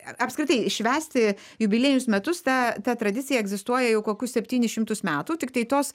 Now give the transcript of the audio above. apskritai švęsti jubiliejinius metus ta ta tradicija egzistuoja jau kokius septynis šimtus metų tiktai tos